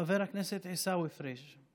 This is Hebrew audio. חבר הכנסת עיסאווי פריג',